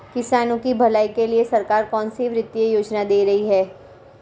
किसानों की भलाई के लिए सरकार कौनसी वित्तीय योजना दे रही है?